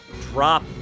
Drop